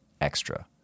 extra